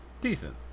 decent